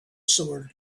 sword